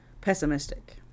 pessimistic